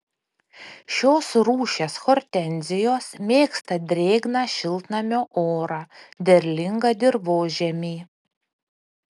šios rūšies hortenzijos mėgsta drėgną šiltnamio orą derlingą dirvožemį